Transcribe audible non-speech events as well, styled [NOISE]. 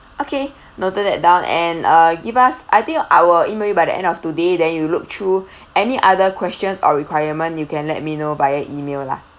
okay [BREATH] noted that down and uh give us I think I will email you by the end of today then you look through any other questions or requirement you can let me know via email lah